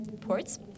ports